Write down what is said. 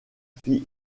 fit